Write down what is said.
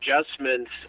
adjustments